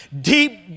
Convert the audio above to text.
deep